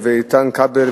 איתן כבל,